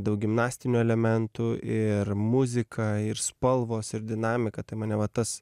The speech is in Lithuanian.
daug gimnastinių elementų ir muzika ir spalvos ir dinamika tai mane vat tas